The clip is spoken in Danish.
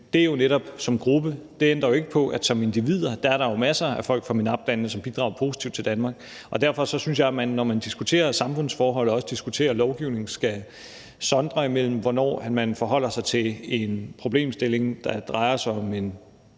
Det ændrer ikke på, at som individer er der jo masser af folk fra MENAPT-landene, som bidrager positivt til Danmark, og derfor synes jeg, at man, når man diskuterer samfundsforhold og også diskuterer lovgivningen, skal sondre imellem, hvornår man forholder sig til en problemstilling, der drejer sig om en